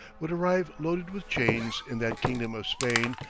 would arrive loaded with chains in that kingdom of spain,